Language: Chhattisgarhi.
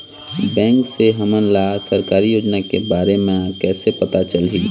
बैंक से हमन ला सरकारी योजना के बारे मे कैसे पता चलही?